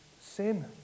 sin